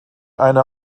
eine